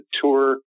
tour